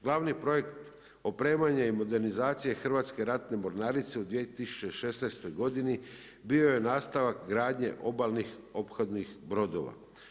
Glavni projekt opremanja i modernizacije Hrvatske ratne mornarice u 2016. godini bio je nastavak gradnje obalnih ophodnih brodova.